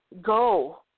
Go